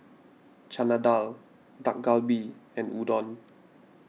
Chana Dal Dak Galbi and Udon